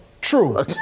True